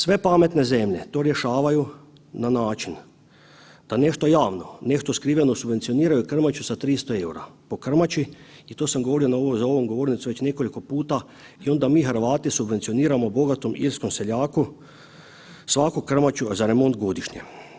Sve pametne zemlje to rješavaju na način da nešto javno, nešto skriveno subvencioniraju krmaču sa 300 eura po krmači i to sam govorio za ovom govornicom već nekoliko puta i onda mi Hrvati subvencioniramo bogatom irskom seljaku svaku krmaču za remont godišnje.